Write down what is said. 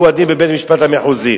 הוא הדין בבית-המשפט המחוזי.